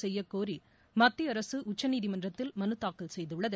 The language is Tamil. செய்யக்கோரி மத்திய அரசு உச்சநீதிமன்றத்தில் மனு தாக்கல் செய்துள்ளது